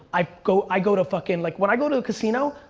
i go i go to fucking like, when i go to a casino,